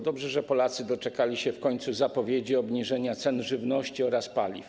Dobrze, że Polacy doczekali się w końcu zapowiedzi obniżenia cen żywności i paliw.